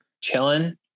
chilling